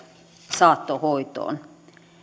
saattohoitoon